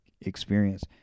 experience